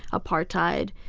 apartheid,